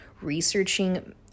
researching